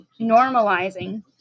normalizing